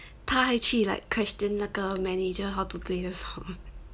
他还去 like question 那个 manager how to play the song